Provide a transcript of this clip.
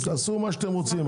תעשו מה שאתם רוצים.